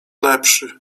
lepszy